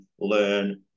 learn